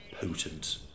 potent